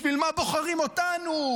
בשביל מה בוחרים אותנו,